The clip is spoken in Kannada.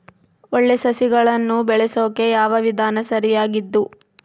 ಒಳ್ಳೆ ಸಸಿಗಳನ್ನು ಬೆಳೆಸೊಕೆ ಯಾವ ವಿಧಾನ ಸರಿಯಾಗಿದ್ದು?